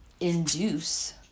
induce